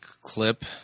clip